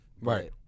right